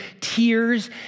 tears